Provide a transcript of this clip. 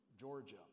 Georgia